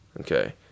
Okay